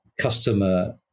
customer